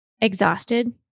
exhausted